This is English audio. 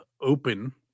open